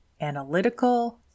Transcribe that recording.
analytical